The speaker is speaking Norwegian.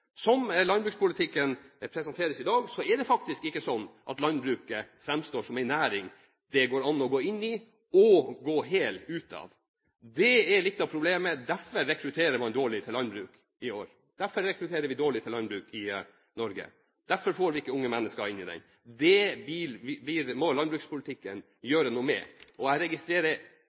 Slik landbrukspolitikken presenteres i dag, framstår landbruket faktisk ikke som en næring som det går an å gå inn i, og gå hel ut av. Det er litt av problemet. Derfor rekrutterer man dårlig til landbruket i år. Derfor rekrutterer man dårlig til landbruket i Norge. Derfor får vi ikke unge mennesker inn i landbruket. Det må landbrukspolitikken gjøre noe med. Jeg registrerer